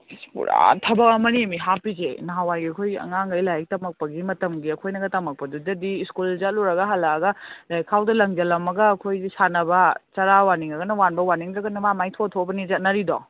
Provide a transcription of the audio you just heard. ꯄꯨꯔꯥ ꯊꯕꯛ ꯑꯃꯅꯦꯃꯤ ꯍꯥꯞꯄꯤꯁꯦ ꯅꯍꯥꯟꯋꯥꯏꯒꯤ ꯑꯩꯈꯣꯏꯒꯤ ꯑꯉꯥꯈꯩ ꯂꯥꯏꯔꯤꯛ ꯇꯝꯃꯛꯄꯒꯤ ꯃꯇꯝꯒꯤ ꯑꯩꯈꯣꯏꯅꯒ ꯇꯝꯃꯛꯄꯗꯨꯗꯗꯤ ꯁ꯭ꯀꯨꯜ ꯆꯠꯂꯨꯔꯒ ꯍꯜꯂꯛꯑꯒ ꯂꯥꯏꯔꯤꯛꯈꯥꯎꯗꯣ ꯂꯪꯁꯜꯂꯝꯃꯒ ꯑꯩꯈꯣꯏꯁꯨ ꯁꯥꯟꯅꯕ ꯆꯔꯥ ꯋꯥꯟꯅꯤꯡꯉꯒꯅ ꯋꯥꯟꯕ ꯋꯥꯟꯅꯤꯡꯗ꯭ꯔꯒꯅ ꯃꯥꯏ ꯃꯥꯏ ꯊꯣꯛꯑ ꯊꯣꯛꯑꯕꯅꯤ ꯆꯠꯅꯔꯤꯗꯣ